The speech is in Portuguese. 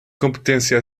competência